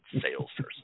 salesperson